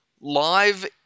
live